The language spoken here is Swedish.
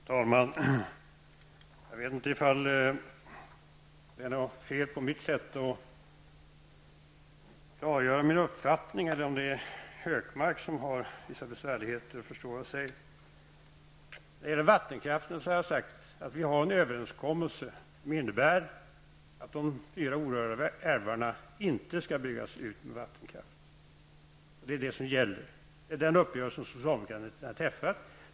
Fru talman! Jag vet inte ifall det är fel på mitt sätt att klargöra min uppfattning eller om det är Gunnar Hökmark som har vissa besvärligheter att förstå. Beträffande vattenkraften har jag sagt att vi har träffat en överenskommelse som innebär att de fyra orörda älvarna inte skall byggas ut med vattenkraft. Detta är vad som gäller.